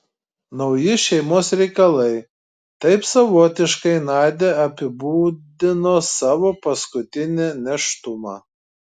nauji šeimos reikalai taip savotiškai nadia apibūdino savo paskutinį nėštumą